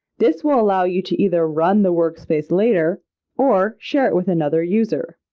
this will allow you to either run the workspace later or share it with another user.